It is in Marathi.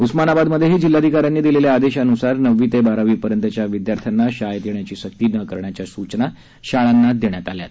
उस्मानाबादमध्येही जिल्हाधिकाऱ्यांनी दिलेल्या आदेशान्सार नववी ते बारावी पर्यंतच्या विदयार्थ्यांना शाळेत येण्याची सक्ती न करण्याच्या सुचना शाळांना देण्यात आल्या आहेत